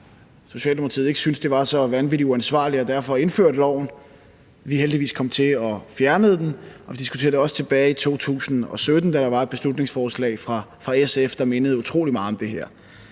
Socialdemokratiet ikke syntes, det var så vanvittig uansvarligt, og derfor indførte loven. Vi kom heldigvis til og fjernede den. Vi diskuterede det også tilbage i 2017, da der var et beslutningsforslag fra SF, der mindede utrolig meget om det her.